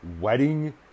wedding